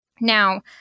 Now